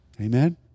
Amen